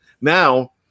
Now